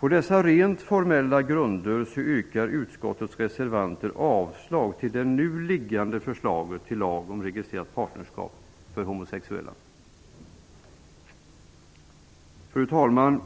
På dessa rent formella grunder yrkar utskottets reservanter avslag till det nu liggande förslaget till lag om registrerat partnerskap för homosexuella. Fru talman!